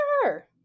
sure